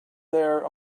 there